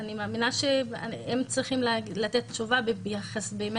מאמינה, שהם צריכים לתת תשובה ביחס לזה.